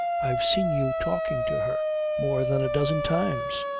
i've seen you talking to her more than a dozen times.